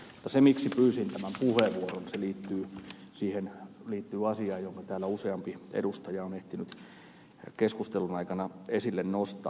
mutta se miksi pyysin tämän puheenvuoron liittyy asiaan jonka täällä useampi edustaja on ehtinyt keskustelun aikana esille nostaa